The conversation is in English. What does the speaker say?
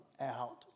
out